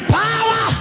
power